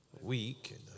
week